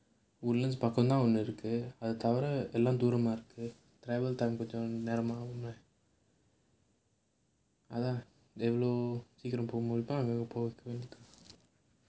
woodlands பக்கம் தான் ஒன்னு இருக்கு அது தவிர எல்லாம் தூரமா இருக்கு:pakkam thaan onnu irukku adhu thavira ellaam thoorama irukku travel time கொஞ்சம் நேரம் ஆகுமே அதான் எவ்ளோ சீக்கிரம் போக முடியுமோ அவ்ளோ போக வேண்டியது தான்:konjam neram aagumae athaan seekiram poga mudiyumo avlo poga vendiyathu thaan